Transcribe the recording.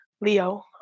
Leo